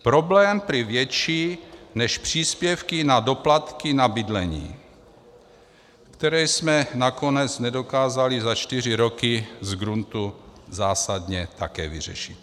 Problém prý větší než příspěvky na doplatky na bydlení, které jsme nakonec nedokázali za čtyři roky z gruntu zásadně také vyřešit.